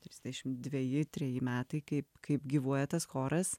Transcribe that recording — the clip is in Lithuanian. trisdešim dveji treji metai kaip kaip gyvuoja tas choras